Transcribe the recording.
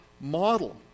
model